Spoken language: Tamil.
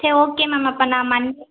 சரி ஓகே மேம் அப்போ நான் மண்டே